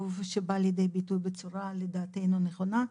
שיבוא לידי ביטוי בצורה שהיא לדעתנו נכונה.